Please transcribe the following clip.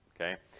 Okay